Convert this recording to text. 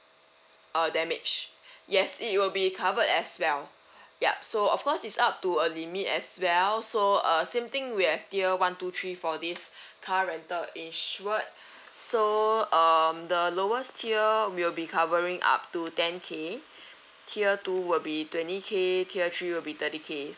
uh damage yes it will be covered as well yup so of course is up to a limit as well so uh same thing we have tier one two three four this car rental insured so um the lowest tier will be covering up to ten K tier two will be twenty K tier three will be thirty K